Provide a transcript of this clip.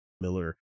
miller